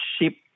ship